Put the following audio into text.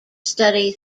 study